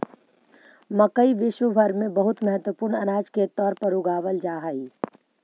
मकई विश्व भर में बहुत महत्वपूर्ण अनाज के तौर पर उगावल जा हई